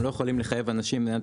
ואנחנו לא יכולים לחייב אנשים במדינת